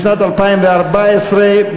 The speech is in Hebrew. משרד האוצר, ראשי,